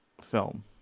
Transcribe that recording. film